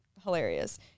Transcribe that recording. hilarious